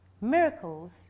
miracles